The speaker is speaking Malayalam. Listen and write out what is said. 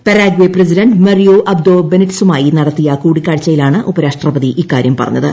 പരാഗ്വേ പ്രസിഡന്റ് മാരിയോ ആബ്ദോ ബനിറ്റ്സുമായി നടത്തിയ കൂടിക്കാഴ്ചയിലാണ് ഉപരാഷ്ട്രപതി ഇക്കാര്യം പറഞ്ഞത്